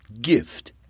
Gift